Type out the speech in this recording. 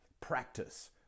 Practice